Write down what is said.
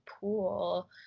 pool